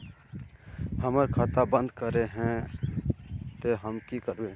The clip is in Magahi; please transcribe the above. हमर खाता बंद करे के है ते हम की करबे?